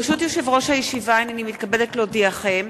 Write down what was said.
ברשות יושב-ראש הישיבה, הנני מתכבדת להודיעכם,